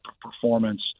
performance